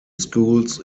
schools